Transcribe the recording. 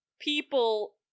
people